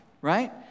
right